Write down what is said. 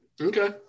okay